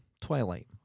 Twilight